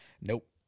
Nope